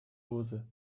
hose